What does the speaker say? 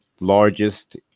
largest